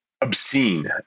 obscene